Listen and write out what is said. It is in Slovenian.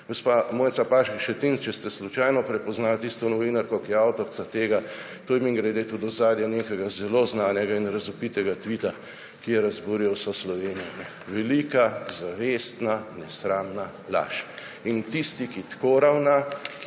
Gospa Mojca Pašek Šetinc, če ste slučajno prepoznali tisto novinarko, ki je avtorica tega, to je mimogrede to tudi ozadje nekega zelo znanega in razvpitega tvita, ki je razburil vso Slovenijo. Velika, zavestna, nesramna laž. In tisti, ki tako ravna, ki